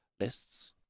lists